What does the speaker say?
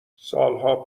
سالها